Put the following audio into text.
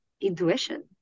intuition